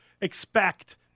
expect